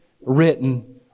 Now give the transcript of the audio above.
written